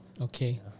Okay